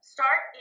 Start